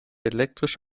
elektrisch